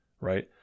right